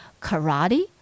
karate